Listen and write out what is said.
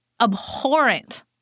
abhorrent